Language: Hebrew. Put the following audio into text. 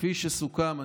כפי שסוכם.